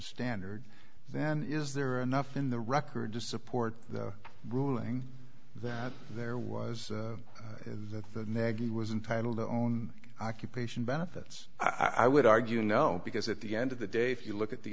standard then is there enough in the record to support the ruling that there was that the negative was entitled to own occupation benefits i would argue no because at the end of the day if you look at the